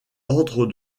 ordre